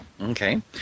Okay